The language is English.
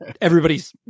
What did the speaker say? Everybody's